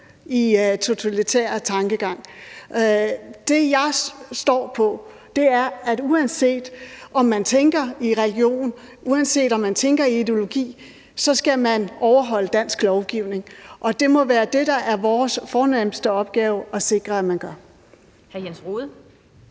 en totalitær tankegang. Det, jeg står på, er, at uanset om man tænker i religion, eller om man tænker i ideologi, skal man overholde dansk lovgivning. Det må være det, der er vores fornemste opgave at sikre at man gør. Kl. 12:56 Den